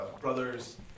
brothers